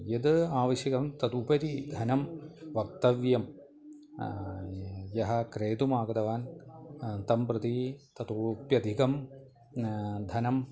यदावश्यकं तदुपरि धनं वक्तव्यं यः क्रेतुम् आगतवान् तं प्रति तथोप्यधिकं धनं